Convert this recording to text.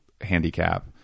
handicap